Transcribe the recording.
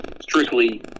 strictly